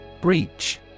Breach